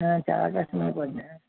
చాలా కష్టం అయిపోతుంది